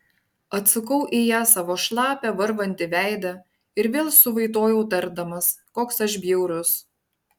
atsukau į ją savo šlapią varvantį veidą ir vėl suvaitojau tardamas koks aš bjaurus